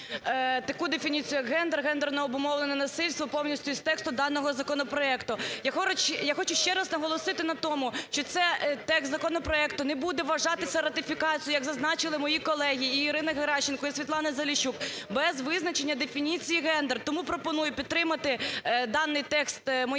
таку дефініцію як "гендер", "гендерно обумовлене насильство" повністю із тексту даного законопроекту. Я хочу ще раз наголосити на тому, що цей текст законопроекту не буде вважатися ратифікацією, як зазначили мої колеги і Ірина Геращенко, і Світлана Заліщук, без визначення дефініції "гендер". Тому пропоную підтримати даний текс моєї поправки